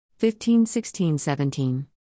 15-16-17